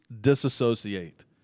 disassociate